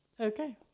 Okay